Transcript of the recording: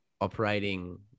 operating